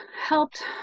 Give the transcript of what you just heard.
helped